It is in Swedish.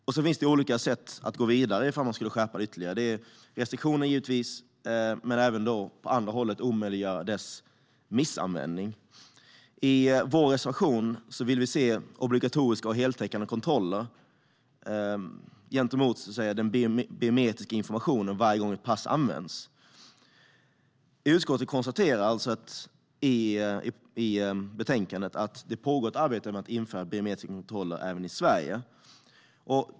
Det finns olika sätt att gå vidare om man ska skärpa kontrollen ytterligare. Det handlar givetvis om restriktioner men även om att omöjliggöra missbruk. I vår reservation vill vi se obligatoriska och heltäckande kontroller gentemot den biometriska informationen varje gång ett pass används. Utskottet konstaterar i betänkandet att det pågår ett arbete med att införa biometriska kontroller även i Sverige.